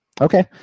Okay